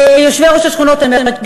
יושבי-ראש השכונות אני אומרת?